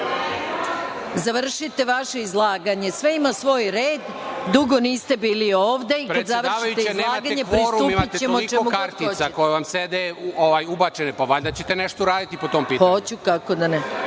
Završite vaše izlaganje. Sve ima svoj red, dugo niste bili ovde i kada završite svoje izlaganje, pristupićemo čemu god hoćete.